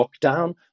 lockdown